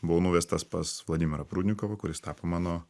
buvau nuvestas pas vladimirą prudnikovą kuris tapo mano